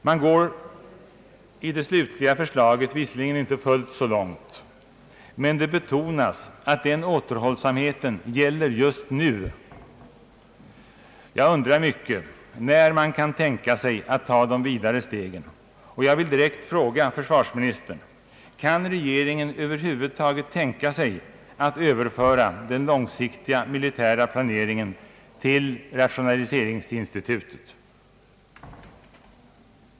Man går i det slutliga förslaget visserligen inte fullt så långt, men det betonas att den återhållsamheten gäller just nu. Jag undrar mycket när man kan tänka sig att ta de vidare stegen.